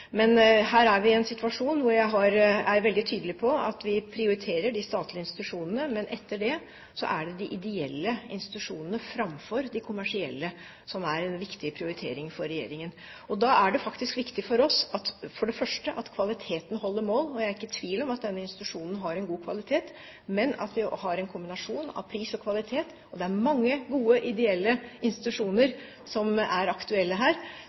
Men her er vi i en situasjon hvor jeg er veldig tydelig på at vi prioriterer de statlige institusjonene. Etter det er det de ideelle institusjonene, framfor de kommersielle – som er en viktig prioritering for regjeringen. Da er det for det første faktisk viktig for oss at kvaliteten holder mål – og jeg er ikke i tvil om at denne institusjonen har en god kvalitet – men også at vi har en kombinasjon av pris og kvalitet. Det er mange gode ideelle institusjoner som er aktuelle her.